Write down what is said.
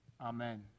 Amen